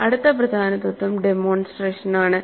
അടുത്ത പ്രധാന തത്വം ഡെമോൺസ്ട്രേഷൻ ആണ്